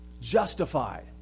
Justified